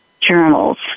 journals